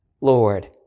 Lord